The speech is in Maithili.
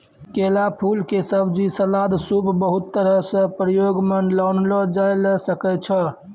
केला फूल के सब्जी, सलाद, सूप बहुत तरह सॅ प्रयोग मॅ लानलो जाय ल सकै छो